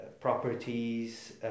properties